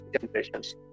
Generations